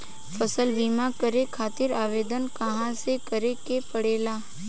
फसल बीमा करे खातिर आवेदन कहाँसे करे के पड़ेला?